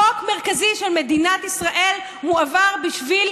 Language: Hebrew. חוק מרכזי של מדינת ישראל מועבר בשביל